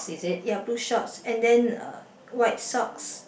ya blue shorts and then uh white socks